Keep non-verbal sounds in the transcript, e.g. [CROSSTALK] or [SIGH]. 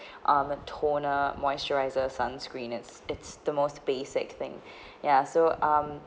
[BREATH] um toner moisturiser sunscreen it's it's the most basic thing [BREATH] ya so um